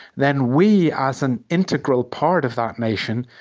then we, as an integral part of that nation,